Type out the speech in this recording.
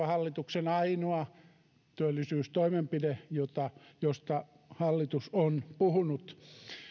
hallituksen ainoa työllisyystoimenpide josta hallitus on puhunut